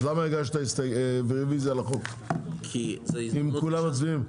אז למה הגשת הסתייגויות אם כולם מצביעים,